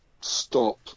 stop